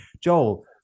Joel